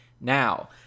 Now